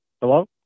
Hello